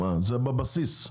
זה בבסיס.